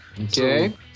Okay